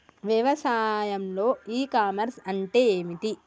వ్యవసాయంలో e commerce అంటే ఏమిటి?